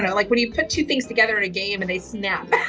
yeah like when you put two things together in a game and they snap,